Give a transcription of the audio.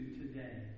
today